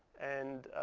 and